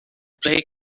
play